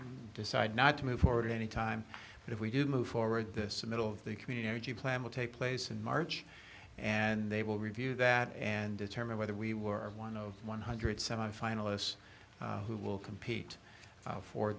decide not to move forward any time if we do move forward this middle of the community plan will take place in march and they will review that and determine whether we were one of one hundred seven finalists who will compete for